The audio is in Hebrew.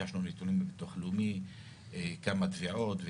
כמה תביעות,